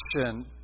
action